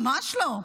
ממש לא.